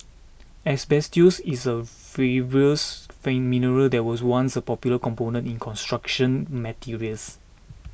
asbestos is a fibrous mineral that was once a popular component in construction materials